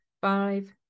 five